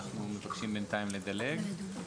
אנחנו מבקשים בינתיים לדלג על הסעיף.